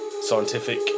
Scientific